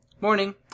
Morning